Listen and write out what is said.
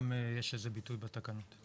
גם יש לזה ביטוי בתקנות.